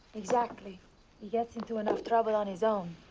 exactly. he gets into enough trouble on his own.